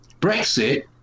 Brexit